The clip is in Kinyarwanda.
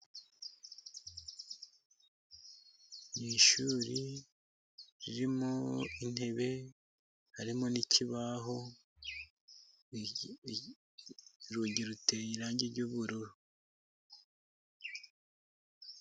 Ni ishuri ririmo intebe harimo n'ikibaho. Urugi ruteye irangi ry'ubururu.